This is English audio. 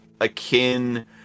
akin